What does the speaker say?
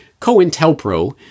COINTELPRO